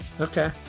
Okay